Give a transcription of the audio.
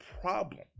problem